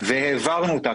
והעברנו אותה,